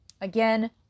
Again